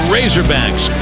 Razorbacks